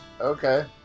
Okay